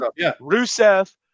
Rusev